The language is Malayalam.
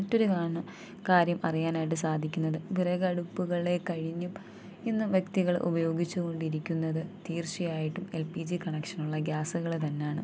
മറ്റൊരു കാരണം കാര്യം അറിയാനായിട്ടു സാധിക്കുന്നത് വിറകടുപ്പുകളെ കഴിഞ്ഞും ഇന്ന് വ്യക്തികൾ ഉപയോഗിച്ച് കൊണ്ടിരിക്കുന്നത് തീർച്ചയായിട്ടും എൽ പി ജി കണക്ഷനുള്ള ഗ്യാസുകൾ തന്നെയാണ്